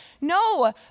no